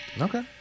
Okay